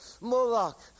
Moloch